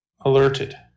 alerted